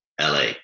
LA